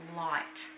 light